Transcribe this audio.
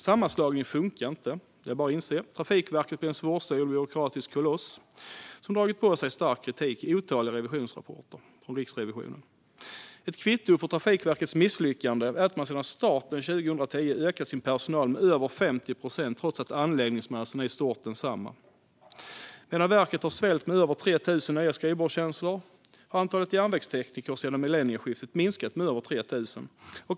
Sammanslagningen funkade inte, utan Trafikverket blev en svårstyrd byråkratisk koloss som har dragit på sig stark kritik i otaliga riksrevisionsrapporter. Ett kvitto på Trafikverkets misslyckande är att man sedan starten 2010 ökat sin personal med över 50 procent, trots att anläggningsmassan är i stort densamma. Medan verket svällt med över 3 000 nya skrivbordstjänster har antalet järnvägstekniker sedan millennieskiftet minskat med över 3 000.